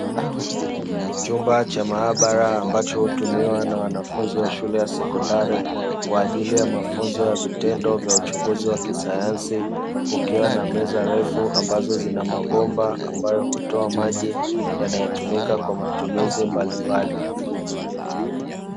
Chumba cha maabara ambacho hutumiwa na wanafunzi wa shule ya sekondari, kwa ajili ya mafunzo ya vitendo vya uchunguzi wa kisayansi kukiwa na meza refu ambazo zina mabomba ambayo hutoa maji, yanayotumika kwa matumizi mbalimbali.